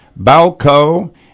Balco